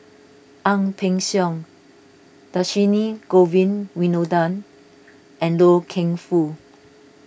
Ang Peng Siong Dhershini Govin Winodan and Loy Keng Foo